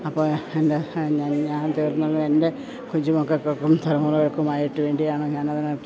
അപ്പോൾ എന്താ ഞാൻ തീർന്നതു എൻറ്റെ കുഞ്ഞു മക്കൾക്കും തലമുറകൾക്കുമായിട്ട് വേണ്ടിയാണ് ഞാനതിനകത്ത്